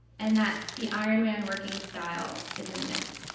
and that the iron man working style is a myth.